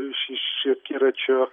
iš iš akiračio